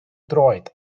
droed